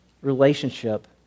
relationship